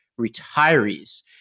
retirees